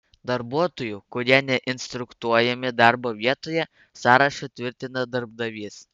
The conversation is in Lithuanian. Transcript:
darbuotojų kurie neinstruktuojami darbo vietoje sąrašą tvirtina darbdavys